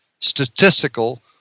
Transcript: statistical